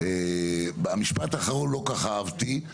אבל המשפט האחרון לא כל כך אהבתי.